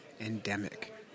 Endemic